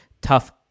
tough